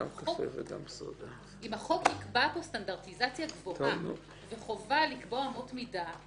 אם החוק יקבע פה חובה לקבוע אמות מידה,